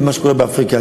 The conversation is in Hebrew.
על מה שקורה באפריקה.